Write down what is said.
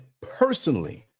personally